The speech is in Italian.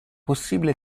possibile